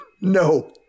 No